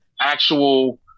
actual